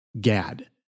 Gad